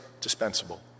dispensable